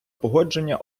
погодження